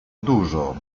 dużo